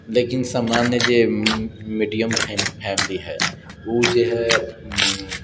लेकिन सामान्य जे मीडियम फैमिली है उ जे है